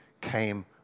came